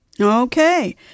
Okay